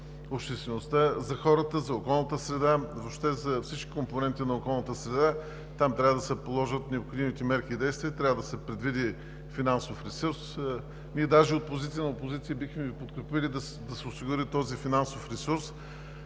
обществеността, за околната среда, за всички компоненти на околната среда – там трябва да се вземат необходимите мерки и действия и трябва да се предвиди финансов ресурс. От позицията на опозиция даже бихме Ви подкрепили да се осигури този финансов ресурс,